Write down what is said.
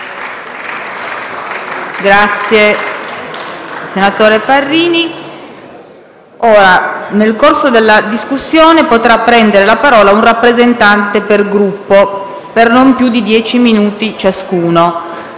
apre una nuova finestra"). Nel corso della discussione potrà prendere la parola un rappresentante per Gruppo, per non più di dieci minuti ciascuno.